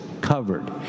covered